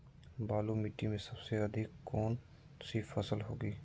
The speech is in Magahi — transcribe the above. बालू मिट्टी में सबसे अधिक कौन सी फसल होगी?